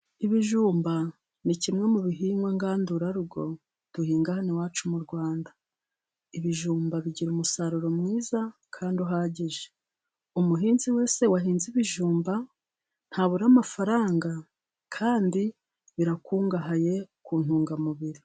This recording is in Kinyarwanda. Ibijumba, ni kimwe mu bihingwa ngandurarugo, duhinga hano iwacu mu Rwanda. Ibijumba bigira umusaruro mwiza, kandi uhagije. Umuhinzi wese wahinze ibijumba, ntabura amafaranga, kandi birakungahaye ku ntungamubiri.